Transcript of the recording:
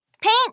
Paint